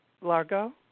Largo